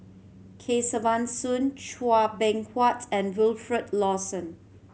Kesavan Soon Chua Beng Huat and Wilfed Lawson